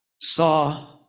saw